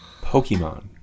Pokemon